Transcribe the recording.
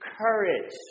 courage